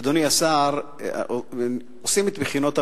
אדוני השר, עושים את בחינות המיצ"ב,